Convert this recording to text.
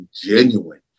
genuine